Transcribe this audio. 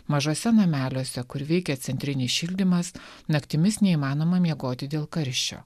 mažuose nameliuose kur veikia centrinis šildymas naktimis neįmanoma miegoti dėl karščio